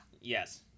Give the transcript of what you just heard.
yes